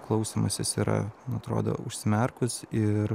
klausymasis yra atrodo užsimerkus ir